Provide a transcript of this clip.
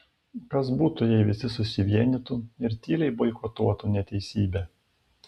kas būtų jei visi susivienytų ir tyliai boikotuotų neteisybę